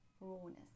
rawness